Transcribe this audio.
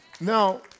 Now